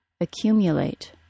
accumulate